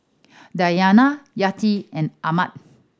Diyana Yati and Ahmad